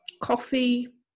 coffee